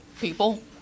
people